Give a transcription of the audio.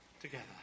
together